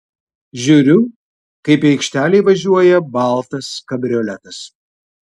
žiūriu kaip į aikštelę įvažiuoja baltas kabrioletas